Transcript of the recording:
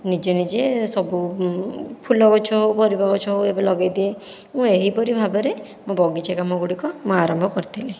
ନିଜେ ନିଜେ ସବୁ ଫୁଲ ଗଛ ହେଉ ପରିବା ଗଛ ହେଉ ଏବେ ଲଗେଇଦିଏ ମୁଁ ଏହିପରି ଭାବରେ ମୋ ବଗିଚା କାମ ଗୁଡ଼ିକ ମୁଁ ଆରମ୍ଭ କରିଥିଲି